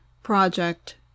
project